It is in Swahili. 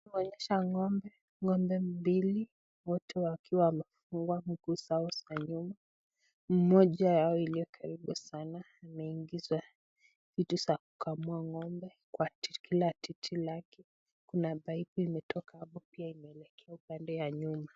Tunaonyeshwa ng'ombe , ng'ombe mbili wote wakiwa wamefungwa miguu zao za nyuma. Mmoja wao aliyokaribu sana, ameingizwa vitu za kukamua ng'ombe kwa titi lake, kuna paipu imetoka apo pia imeelekea upande wa nyuma.